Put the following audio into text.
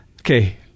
Okay